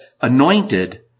anointed